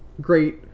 great